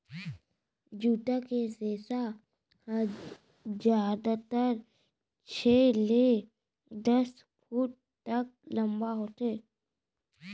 jute के रेसा ह जादातर छै ले दस फूट तक लंबा होथे